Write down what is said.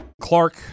Clark